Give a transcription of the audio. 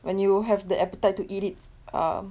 when you will have the appetite to eat it er